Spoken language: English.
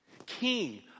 King